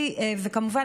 וכמובן,